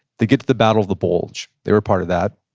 they get to the battle of the bulge. they were part of that.